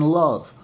love